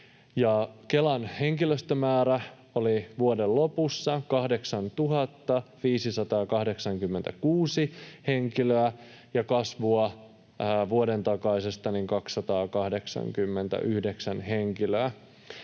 Kelan henkilöstömäärä oli vuoden lopussa 8 586 henkilöä, ja kasvua oli vuoden takaisesta 289 henkilöä.